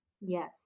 Yes